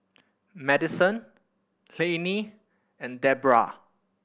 Madyson Lannie and Debrah